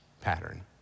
pattern